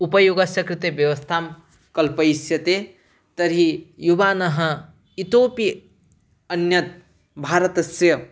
उपयोगस्य कृते व्यवस्थां कल्पयिष्यति तर्हि युवानः इतोऽपि अन्यत् भारतस्य